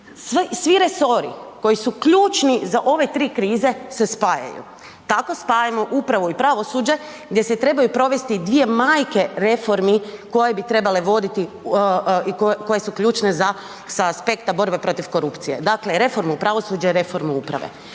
Svi resori koji su ključni za ove tri krize se spajaju, tako spajamo upravo i pravosuđe gdje se trebaju provesti dvije majke reformi koje bi trebali voditi i koje su ključne sa aspekta borbe protiv korupcije, dakle reformu pravosuđa i reformu uprave.